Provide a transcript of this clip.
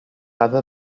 other